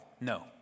no